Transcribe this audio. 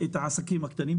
את העסקים הקטנים,